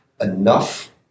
enough